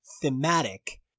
thematic